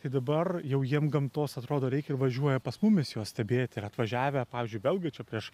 tai dabar jau jiem gamtos atrodo reikia važiuoja pas mumis juos stebėti ir atvažiavę pavyzdžiui belgai čia prieš